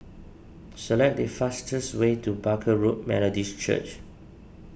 select the fastest way to Barker Road Methodist Church